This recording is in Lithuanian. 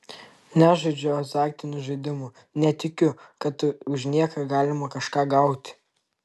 nežaidžiu azartinių žaidimų netikiu kad už nieką galima kažką gauti